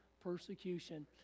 persecution